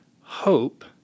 Hope